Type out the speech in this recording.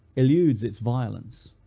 eludes its violence.